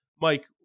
Mike